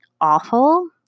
awful